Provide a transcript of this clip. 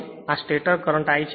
અને આ stator current I છે